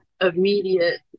immediate